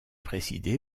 présidé